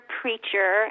preacher